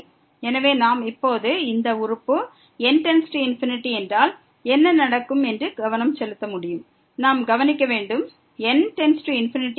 எனவே நாம் இப்போது இந்த உறுப்பு n→∞ என்றால் என்ன நடக்கும் என்று கவனம் செலுத்த முடியும் நாம் கவனிக்க வேண்டும் n→∞ போது x என்ன செய்கிறது